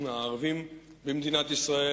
הערבים במדינת ישראל.